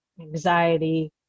anxiety